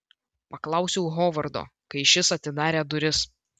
paklausiau hovardo kai šis atidarė duris